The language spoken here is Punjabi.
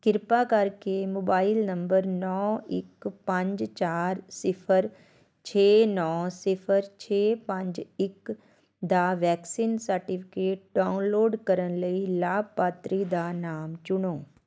ਕਿਰਪਾ ਕਰਕੇ ਮੋਬਾਈਲ ਨੰਬਰ ਨੌਂ ਇੱਕ ਪੰਜ ਚਾਰ ਸਿਫਰ ਛੇ ਨੌਂ ਸਿਫਰ ਛੇ ਪੰਜ ਇੱਕ ਦਾ ਵੈਕਸੀਨ ਸਰਟੀਫਿਕੇਟ ਡਾਊਨਲੋਡ ਕਰਨ ਲਈ ਲਾਭਪਾਤਰੀ ਦਾ ਨਾਮ ਚੁਣੋ